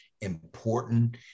important